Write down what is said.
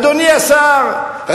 אדוני השר,